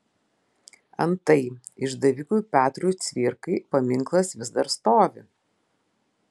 antai išdavikui petrui cvirkai paminklas vis dar stovi